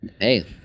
Hey